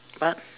what